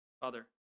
Father